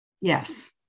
yes